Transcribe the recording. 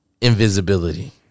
Invisibility